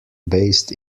based